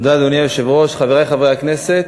אדוני היושב-ראש, תודה, חברי חברי הכנסת,